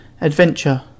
adventure